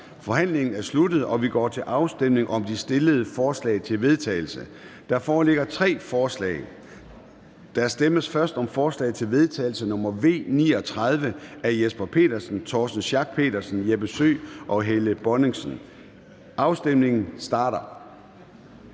Forhandlingen er sluttet, og vi går til afstemning om de fremsatte forslag til vedtagelse. Der foreligger tre forslag. Der stemmes først om forslag til vedtagelse nr. V 39 af Jesper Petersen (S), Torsten Schack Pedersen (V), Jeppe Søe (M) og Helle Bonnesen (KF). Afstemningen starter.